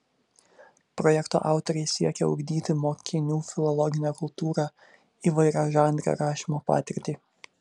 projekto autoriai siekia ugdyti mokinių filologinę kultūrą įvairiažanrę rašymo patirtį